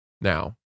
now